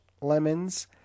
lemons